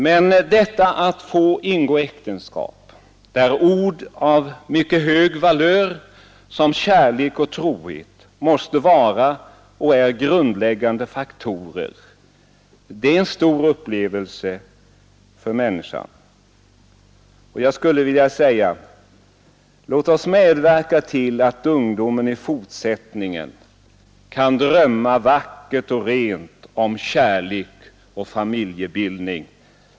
Men detta att få ingå äktenskap, där ord av mycket hög valör som kärlek och trohet måste vara och är grundläggande faktorer, det är en stor upplevelse för människan. Jag skulle vilja säga: Låt oss medverka till att ungdomen i fortsättningen kan drömma vackert och rent om kärlek och familjebildning.